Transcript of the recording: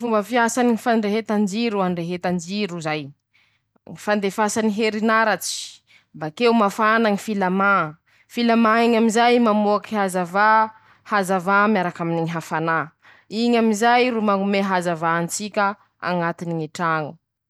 Fomba fiasany ñy fandrehetan-jiro: -Handrehetan-jiro zay, fandefasany herinaratsy, bakeo mafana ñy filamà, filamà eñy amizay mamoaky hazavà, hazavà miaraky aminy ñy hafanà, iñy amizay ro mañome hazavà an-tsika añatiny ñy traño.